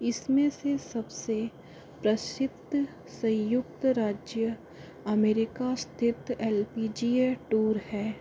इनमें से सबसे प्रसिद्ध संयुक्त राज्य अमेरिका स्थित L P G A tour है